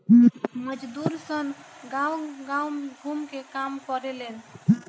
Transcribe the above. मजदुर सब गांव गाव घूम के काम करेलेन